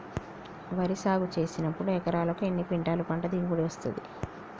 వరి సాగు చేసినప్పుడు ఎకరాకు ఎన్ని క్వింటాలు పంట దిగుబడి వస్తది?